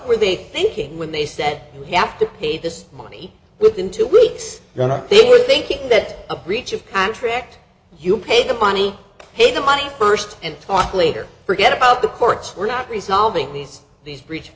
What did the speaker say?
were they thinking when they said you have to pay this money within two weeks then they were thinking that a breach of contract you paid the money paid the money first and talk later forget about the courts were not resolving these these breach